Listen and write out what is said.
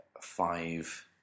five